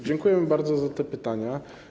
Dziękuję bardzo za te pytania.